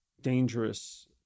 dangerous